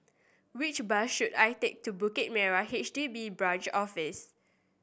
which bus should I take to Bukit Merah H D B Branch Office